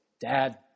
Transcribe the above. dad